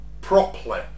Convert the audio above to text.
properly